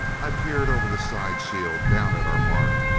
i peered over the side shield down at our mark,